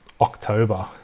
October